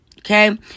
Okay